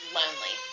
lonely